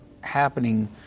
happening